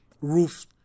roof